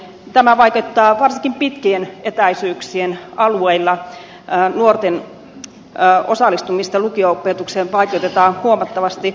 tämä vaikeuttaa varsinkin pitkien etäisyyksien alueilla nuorten osallistumista lukio opetukseen huomattavasti